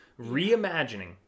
Reimagining